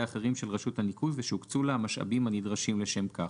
האחרים של רשות הניקוז ושהוקצו לה המשאבים הנדרשים לשם כך,